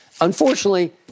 Unfortunately